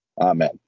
Amen